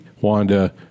Wanda